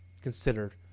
considered